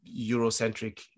Eurocentric